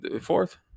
Fourth